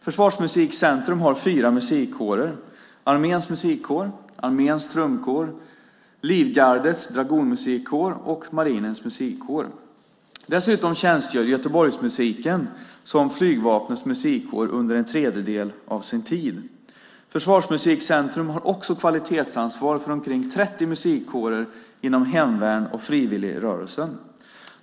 Försvarsmusikcentrum har fyra musikkårer: Arméns musikkår, Arméns trumkår, Livgardets dragonmusikkår och Marinens musikkår. Dessutom tjänstgör Göteborgsmusiken, alltså Göteborg Wind Orchestra, som Flygvapnets musikkår under en tredjedel av sin tid. Försvarsmusikcentrum har också kvalitetsansvar för omkring 30 musikkårer inom hemvärnet och frivilligrörelsen.